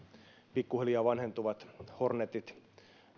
pikkuhiljaa vanhentuvat hornetit